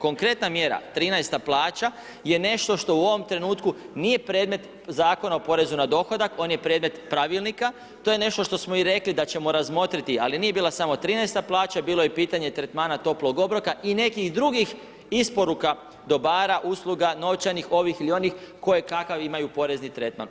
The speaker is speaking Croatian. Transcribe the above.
Konkretna mjera 13 plaća je nešto što u ovom trenutku nije predmet Zakona o porezu na dohotka, on je predmet pravilnika, to je nešto što smo i rekli da ćemo razmotriti, ali nije bila samo 13 plaća, bilo je pitanje tretmana toplog obroka i nekih drugih isporuka dobara, usluga, novčanih, onih ili onih koje kakav imaju porezni tretman.